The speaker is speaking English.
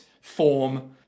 form